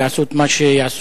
יעשו את מה שיעשו,